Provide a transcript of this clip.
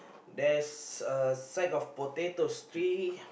there is a side of potato trees